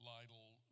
Lytle